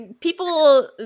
people